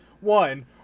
one